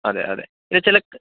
അതെ അതെ ഇത് ചില